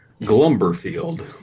Glumberfield